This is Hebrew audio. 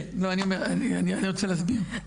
כן, אני רוצה להסביר.